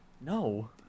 No